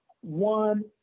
one